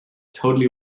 totally